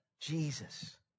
Jesus